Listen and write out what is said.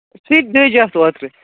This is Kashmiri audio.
سُہ تہِ دٔج اَتھ اوترٕ